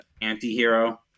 anti-hero